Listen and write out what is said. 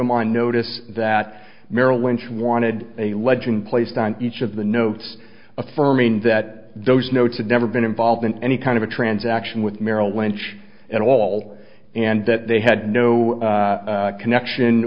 them on notice that merrill lynch wanted a legend placed on each of the notes affirming that those notes had never been involved in any kind of a transaction with merrill lynch at all and that they had no connection